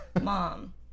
Mom